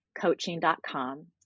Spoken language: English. coaching.com